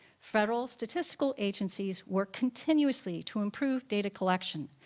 federal statistical agencies work continuously to improve data collection,